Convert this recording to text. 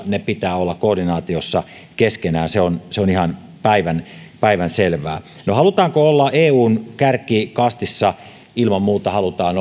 niiden pitää olla koordinaatiossa keskenään se on se on ihan päivänselvää no halutaanko olla eun kärkikastissa ilman muuta halutaan